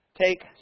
Take